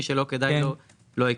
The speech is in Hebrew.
מי שלא כדאי לו לא ייכנס.